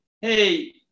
Hey